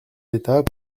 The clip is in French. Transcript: d’état